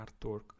artwork